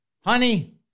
honey